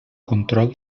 control